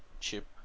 Chip